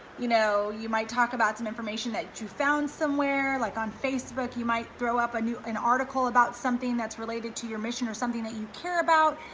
you know, you might talk about some information that you found somewhere like on facebook, you might throw up a new, an article about something that's related to your mission or something that you care about,